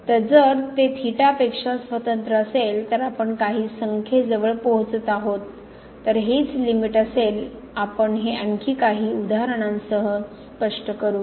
तर जर ते थीटा पेक्षा स्वतंत्र असेल तर आपण काही संख्येजवळ पोहोचत आहोत तर हेच लिमिट असेल आपण हे आणखी काही उदाहरणांसह स्पष्ट करू